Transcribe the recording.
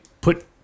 put